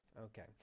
Okay